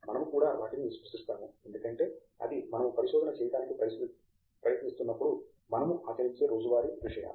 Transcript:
మనము కూడా వాటిని స్పృశిస్తాము ఎందుకంటే అవి మనము పరిశోధన చేయడానికి ప్రయత్నిస్తున్నప్పుడు మనము ఆచరించే రోజువారీ విషయాలు